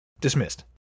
Dismissed